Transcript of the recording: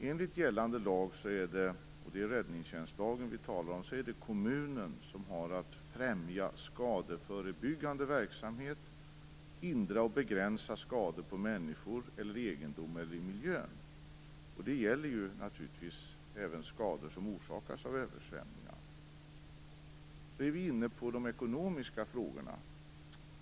Enligt gällande lag - det är räddningstjänstlagen vi talar om - är det kommunen som har att främja skadeförebyggande verksamhet och hindra och begränsa skador på människor eller egendom eller i miljön. Det gäller naturligtvis även skador som orsakas av översvämningar. Då kommer vi in på de ekonomiska frågorna.